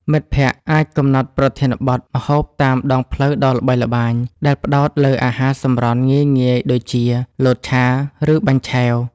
មិត្តភក្តិអាចកំណត់ប្រធានបទ ម្ហូបតាមដងផ្លូវដ៏ល្បីល្បាញ ដែលផ្ដោតលើអាហារសម្រន់ងាយៗដូចជា លតឆា ឬបាញ់ឆែវ។